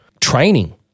Training